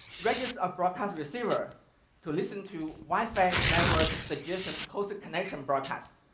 register a broadcast receiver to listen to wifi network suggestion post connection broadcast.